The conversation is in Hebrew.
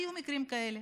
היו מקרים כאלה.